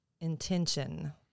intention